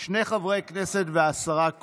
שני חברי כנסת והשרה כהן,